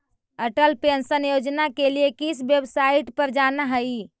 Atal pension Yojana के लिए किस वेबसाईट पर जाना हई